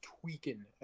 tweaking